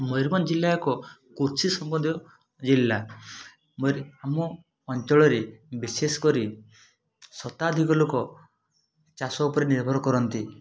ମୟୁରଭଞ୍ଜ ଜିଲ୍ଲା ଏକ କୃଷି ସମ୍ବନ୍ଧୀୟ ଜିଲ୍ଲା ମୟୂରି ଆମ ଅଞ୍ଚଳରେ ବିଶେଷ କରି ଶତାଧିକ ଲୋକ ଚାଷ ଓପରେ ନିର୍ଭର କରନ୍ତି